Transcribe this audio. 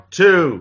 two